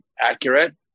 accurate